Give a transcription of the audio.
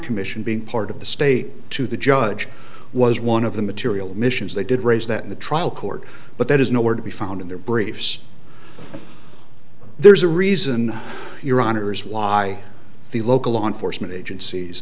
commission being part of the state to the judge was one of the material admissions they did raise that in the trial court but that is nowhere to be found in their briefs there's a reason your honour's why the local law enforcement agencies